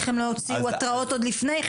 איך הם לא הוציאו התראות עוד לפני כן,